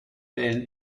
wählen